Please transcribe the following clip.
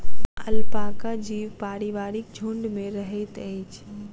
alpaca जीव पारिवारिक झुण्ड में रहैत अछि